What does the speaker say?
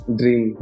dream